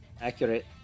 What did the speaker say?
Accurate